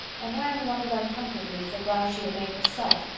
and anne wondered uncomfortably if the blouse she had made herself,